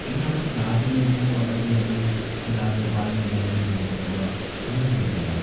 क्योंकि हम लोग चार ही लोग हैं और अभी अभी फिलहाल भोपाल में नए भी है तो थोड़ा समझिए फिर आप